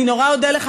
אני נורא אודה לך,